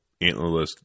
antlerless